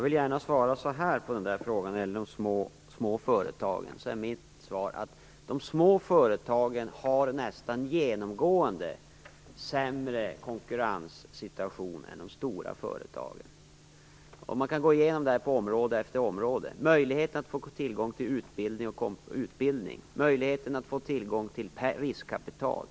Fru talman! När det gäller de små företagen är mitt svar att de nästan genomgående har en sämre konkurrenssituation än de stora företagen. Man kan gå igenom område efter område. Det gäller möjligheterna att få tillgång till utbildning och möjligheterna att få tillgång till riskkapital.